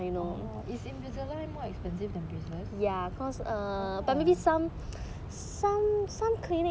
is invisalign more expensive than braces